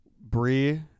brie